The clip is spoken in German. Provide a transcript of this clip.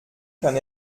kann